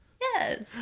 Yes